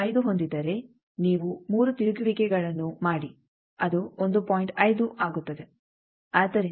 5 ಹೊಂದಿದ್ದರೆ ನೀವು 3 ತಿರುಗುವಿಕೆಗಳನ್ನು ಮಾಡಿ ಅದು 1